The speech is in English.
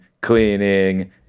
cleaning